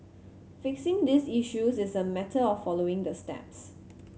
fixing these issues is a matter of following the steps